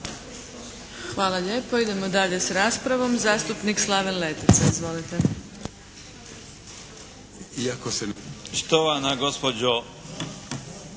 Hvala lijepo. Idemo dalje s raspravom. Zastupnik Slaven Letica. Izvolite.